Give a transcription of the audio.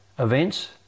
events